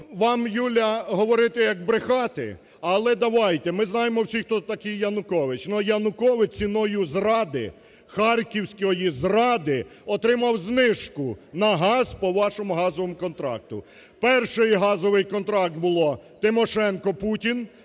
вам, Юля, говорити – як брехати. Але давайте, ми знаємо всі, хто такий Янукович. Но Янукович ціною зради, харківської зради, отримав знижку на газ по вашому газовому контракту. Перший газовий контракт було Тимошенко-Путін,